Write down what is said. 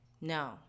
No